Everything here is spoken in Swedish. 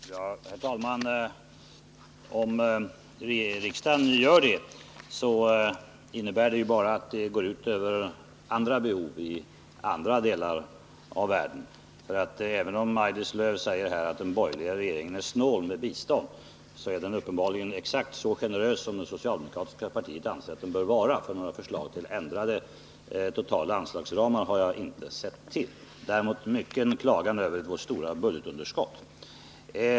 Herr talman! Om riksdagen gör detta, så går det ju ut över andra behov i andra delar av världen. Även om Maj-Lis Lööw säger att den borgerliga regeringen är snål med bistånd är den uppenbarligen exakt så generös som det socialdemokratiska partiet anser att den bör vara. Några förslag till ändrade totala anslagsramar har jag inte sett till — däremot har jag hört mycken klagan över vårt stora budgetunderskott.